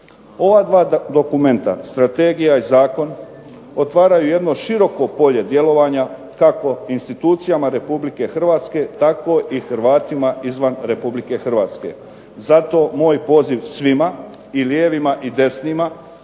Ova dva dokumenta strategija i zakon otvaraju jedno široko polje djelovanja kako institucijama Republike Hrvatske tako i Hrvatima izvan Republike Hrvatske. Zato moj poziv svima i lijevima i desnima,